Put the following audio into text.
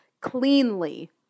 cleanly